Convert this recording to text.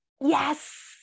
Yes